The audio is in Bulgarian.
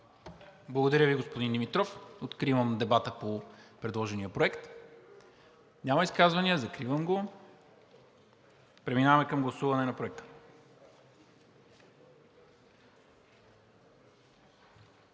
Благодаря Ви, господин Димитров. Откривам дебата по предложения проект. Няма изказвания? Закривам го. Преминаваме към гласуване на Проекта.